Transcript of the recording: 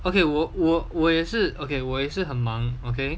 okay 我我我也是 okay 我也是很忙 okay